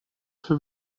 für